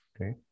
Okay